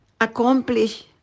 accomplish